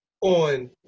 on